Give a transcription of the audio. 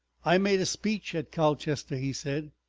i made a speech at colchester, he said.